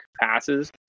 passes